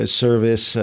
service